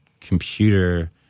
computer